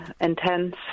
intense